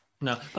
no